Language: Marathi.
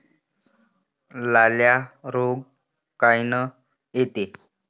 लाल्या रोग कायनं येते?